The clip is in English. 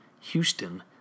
Houston